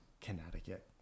Connecticut